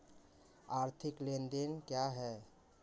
आर्थिक लेनदेन क्या है?